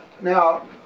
now